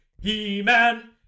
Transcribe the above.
He-Man